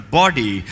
body